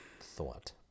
thought